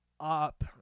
Up